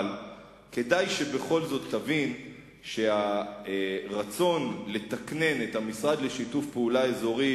אבל כדאי שבכל זאת תבין שהרצון לתקנן את המשרד לשיתוף פעולה אזורי,